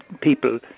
people